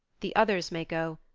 the others may go,